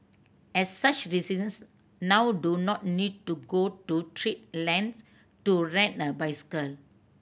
as such residents now do not need to go to treat lengths to rent a bicycle